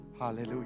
Hallelujah